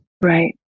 right